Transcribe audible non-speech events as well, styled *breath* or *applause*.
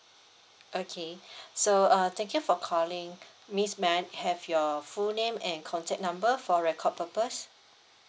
okay *breath* so uh thank you for calling miss may I have your full name and contact number for record purpose